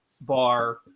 bar